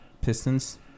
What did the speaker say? Pistons